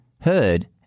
heard